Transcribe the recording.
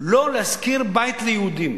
לא להשכיר בית ליהודים,